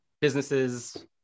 businesses